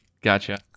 Gotcha